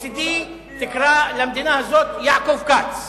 מצדי תקרא למדינה הזאת "יעקב כץ".